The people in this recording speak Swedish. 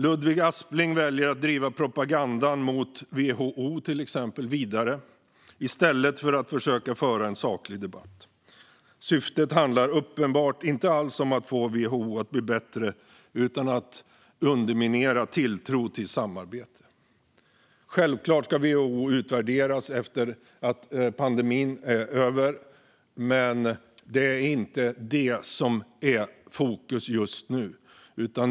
Ludvig Aspling väljer att driva propagandan mot till exempel WHO vidare i stället för att försöka att föra en saklig debatt. Syftet är uppenbart inte alls att få WHO att bli bättre utan att underminera tilltron till samarbete. Självklart ska WHO utvärderas efter att pandemin är över, men det är inte detta som är fokus just nu.